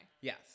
Yes